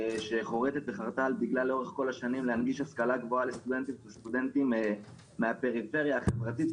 מכללה שחורתת על דגלה להנגיש השכלה גבוהה לסטודנטים מהפריפריה החברתית,